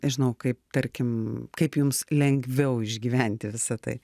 nežinau kaip tarkim kaip jums lengviau išgyventi visa tai